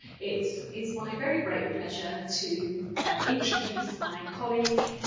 it's it's my very great pleasure to introduce my colleague,